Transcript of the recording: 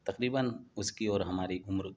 تقریباً اس کی اور ہماری عمر